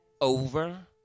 over